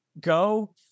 go